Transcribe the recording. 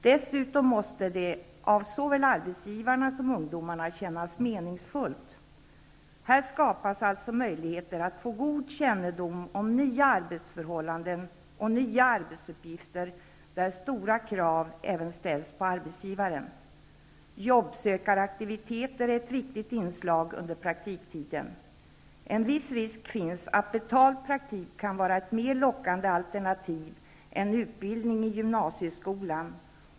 Dessutom måste det för såväl arbetsgivarna som ungdomarna kännas meningsfullt. Här skapas således möjligheter att få god kännedom om nya arbetsförhållanden och nya arbetsuppgifter, där stora krav ställs även på arbetsgivaren. Jobbsökaraktiviteter är ett viktigt inslag under praktiktiden. En viss risk finns att betald praktik kan vara ett mer lockande alternativ än utbildning i gymnasieskolan.